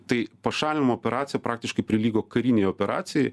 tai pašalinimo operacija praktiškai prilygo karinei operacijai